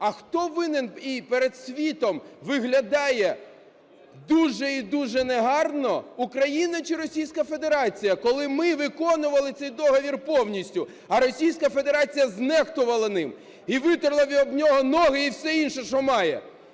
А хто винен і перед світом виглядає дуже і дуже негарно – Україна чи Російська Федерація? Коли ми виконували цей договір повністю, а Російська Федерація знехтувала ним і витерла об нього ноги і все інше, що має!